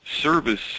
Service